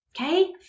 okay